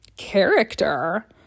character